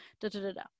da-da-da-da